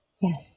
Yes